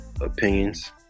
opinions